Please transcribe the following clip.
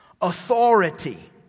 authority